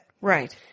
Right